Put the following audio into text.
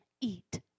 eat